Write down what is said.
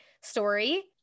story